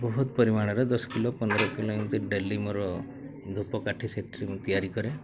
ବହୁତ ପରିମାଣରେ ଦଶ କିଲୋ ପନ୍ଦର କିଲୋ ଏମିତି ଡେଲି ମୋର ଧୂପ କାଠି ସେଠି ମୁଁ ତିଆରି କରେ